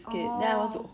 orh